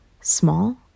small